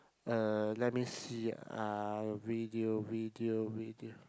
err let me see uh video video video